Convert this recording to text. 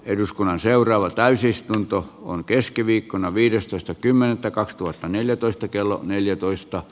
eduskunnan seuraava täysistunto on keskiviikkona viidestoista kymmenettä kaksituhattaneljätoista kello neljätoista